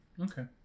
okay